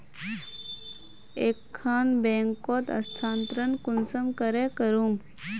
एक खान बैंकोत स्थानंतरण कुंसम करे करूम?